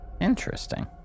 interesting